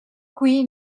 qui